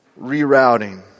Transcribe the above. Rerouting